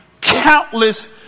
countless